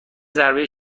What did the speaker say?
ضربه